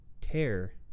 tear